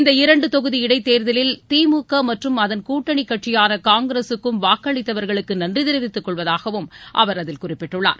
இந்த இரன்டு தொகுதி இடைத்தேர்தலில் திமுக மற்றும் அதன் கூட்டணி கட்சியான காங்கிரசுக்கும் வாக்களித்தவர்களுக்கு நன்றி தெரிவித்துக்கொள்வதாகவும் அவர் அதில் குறிப்பிட்டுள்ளார்